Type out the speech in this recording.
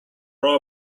row